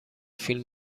فیلم